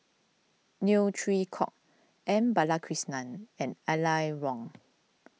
Neo Chwee Kok M Balakrishnan and Aline Wong